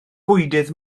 bwydydd